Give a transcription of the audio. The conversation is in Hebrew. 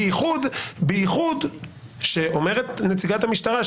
במיוחד שאומרת נציגת המשטרה,